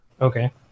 okay